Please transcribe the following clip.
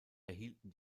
erhielten